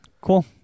Cool